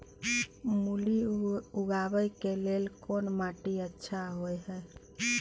मूली उगाबै के लेल कोन माटी अच्छा होय है?